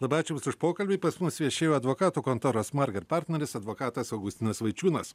labai ačiū jums už pokalbį pas mus viešėjo advokatų kontoros marger partneris advokatas augustinas vaičiūnas